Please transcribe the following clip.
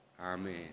Amen